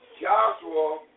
Joshua